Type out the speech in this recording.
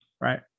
Right